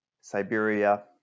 Siberia